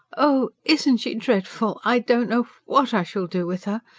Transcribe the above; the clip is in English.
oh, isn't she dreadful? i don't know what i shall do with her.